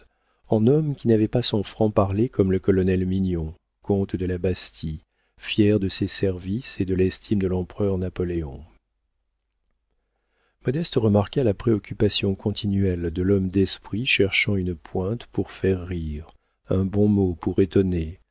en homme qui n'avait pas son franc parler comme le colonel mignon comte de la bastie fier de ses services et de l'estime de l'empereur napoléon modeste remarqua la préoccupation continuelle de l'homme d'esprit cherchant une pointe pour faire rire un bon mot pour étonner